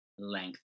Length